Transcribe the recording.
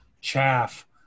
chaff